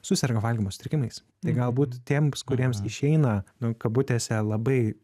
suserga valgymo sutrikimais tai galbūt tiems kuriems išeina nu kabutėse labai